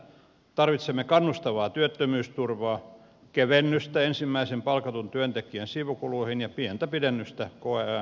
tarvitsemme kannustavaa työttömyysturvaa kevennystä ensimmäisen palkatun työntekijän sivukuluihin ja pientä pidennystä koeajan määrittelyssä